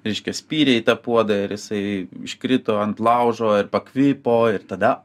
reiškia spyrė į tą puodą ir jisai iškrito ant laužo ir pakvipo ir tada